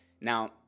Now